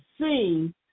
seen